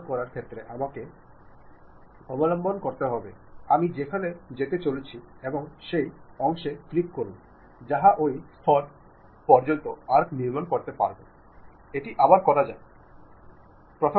ഒരേ നിലയിലുള്ള ആളുകൾ ഒരേ പോസ്റ്റിലുള്ള ആളുകൾ പരസ്പരം സംസാരിക്കുകയും ചില പദ്ധതികളും നയങ്ങളും ചർച്ച ചെയ്യുകയും ചെയ്യുന്നു എന്നാൽ ഇപ്പോൾ ഓർഗനൈസേഷനിൽ അപകടകരമാകുന്ന തരത്തിലുള്ള അനൌപചാരികമായ ആശയവിനിമയമാണ് നടക്കുന്നത്